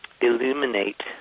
illuminate